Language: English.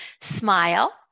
smile